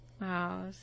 Wow